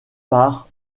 par